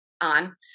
on